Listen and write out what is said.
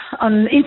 on